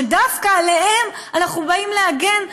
שדווקא עליהם אנחנו באים להגן,